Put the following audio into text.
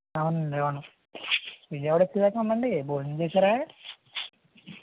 అవునండి అవును విజయవాడ వచ్చేదాక ఉండండి భోజనం చేసారా